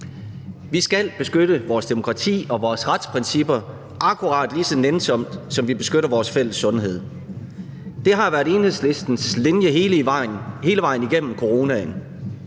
Vi skal beskytte vores demokrati og vores retsprincipper, akkurat lige så nænsomt som vi beskytter vores fælles sundhed. Det har hele vejen igennem coronaen